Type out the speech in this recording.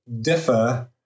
differ